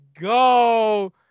go